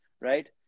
right